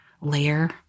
layer